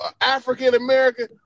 African-American